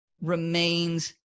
remains